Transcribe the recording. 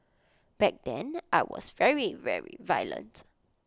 back then I was very very violent